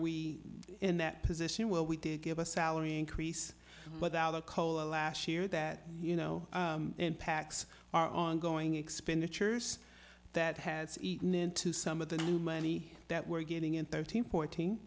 we in that position where we did get a salary increase but out of cola last year that you know and pacs are ongoing expenditures that has eaten into some of the new money that we're getting in thirteen fourteen